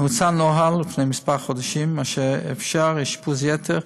הוצא נוהל לפני כמה חודשים אשר אפשר אשפוז יתר,